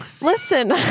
Listen